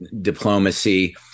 diplomacy